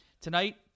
Tonight